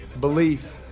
belief